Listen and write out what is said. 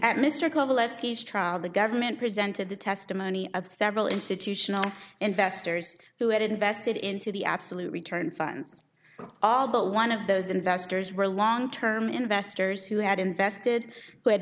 coveleski trial the government presented the testimony of several institutional investors who had invested into the absolute return funds all but one of those investors were long term investors who had invested who had